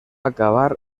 acabar